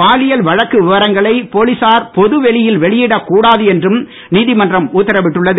பாலியல் வழக்கு விவரங்களை போலீசார் பொது வெளியில் வெளியிடக் கூடாது என்றும் நீதிமன்றம் உத்தரவிட்டுள்ளது